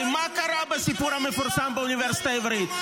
הרי מה קרה בסיפור המפורסם באוניברסיטה העברית?